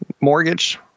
mortgage